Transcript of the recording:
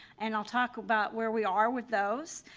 and i'll talk about where we are with those,